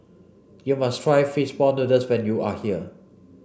you must try fish ball noodles when you are here